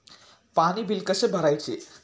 पाणी बिल कसे भरायचे?